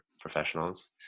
professionals